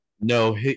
No